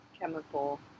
chemical